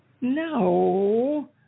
No